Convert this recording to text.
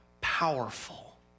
powerful